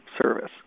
service